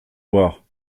boire